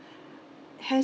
has